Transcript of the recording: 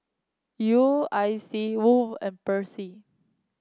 U I C Woh Hup and Persil